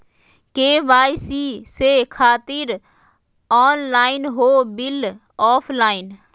KYC से खातिर online हो बिल ऑफलाइन?